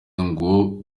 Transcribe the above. ngo